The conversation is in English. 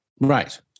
right